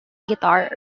guitar